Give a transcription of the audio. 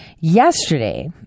yesterday